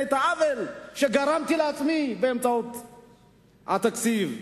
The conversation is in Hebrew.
את העוול שגרמתי לעצמי באמצעות התקציב.